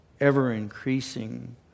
ever-increasing